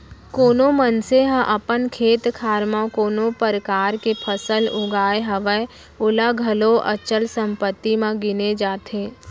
कोनो मनसे ह अपन खेत खार म कोनो परकार के फसल उगाय हवय ओला घलौ अचल संपत्ति म गिने जाथे